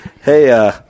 Hey